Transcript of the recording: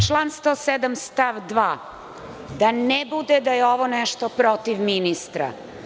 Član 107. stav 2, da ne bude da je ovo nešto protiv ministra.